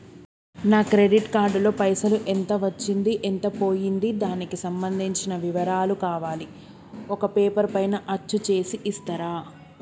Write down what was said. నా credit card లో పైసలు ఎంత వచ్చింది ఎంత పోయింది దానికి సంబంధించిన వివరాలు కావాలి ఒక పేపర్ పైన అచ్చు చేసి ఇస్తరా?